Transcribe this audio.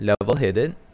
level-headed